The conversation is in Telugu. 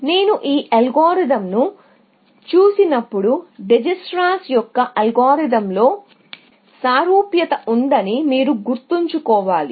నేను ఈ అల్గోరిథంను చూసినప్పుడు డిజికిస్ట్రా Dijikistra's అల్గోరిథంతో సారూప్యత ఉందని మీరు గుర్తుంచుకోవాలి